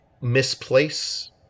misplace